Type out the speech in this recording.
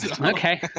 Okay